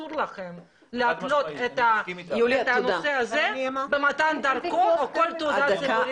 אסור לכם להתנות את הנושא הזה במתן דרכון או כל תעודה אחרת.